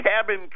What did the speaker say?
cabin